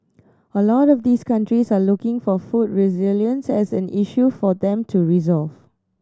a lot of these countries are looking for food resilience as an issue for them to resolve